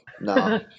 no